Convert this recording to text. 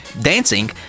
dancing